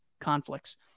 conflicts